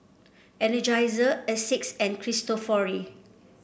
Energizer Asics and Cristofori